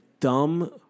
Dumb